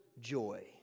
joy